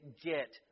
get